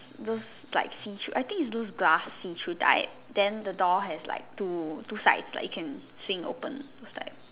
those like see through I think is those glass see through type then the door has like two two sides like it can swing open those type